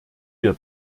wir